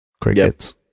crickets